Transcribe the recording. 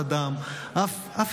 אף אדם,